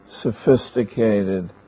sophisticated